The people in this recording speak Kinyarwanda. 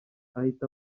ahita